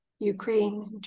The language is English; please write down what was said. Ukraine